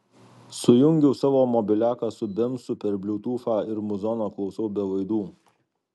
sujungiau savo mobiliaką su bemsu per bliutūfą ir muzono klausau be laidų